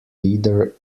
leader